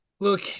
Look